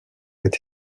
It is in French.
est